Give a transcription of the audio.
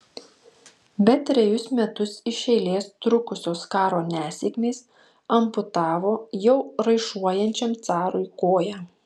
bet trejus metus iš eilės trukusios karo nesėkmės amputavo jau raišuojančiam carui koją